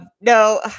no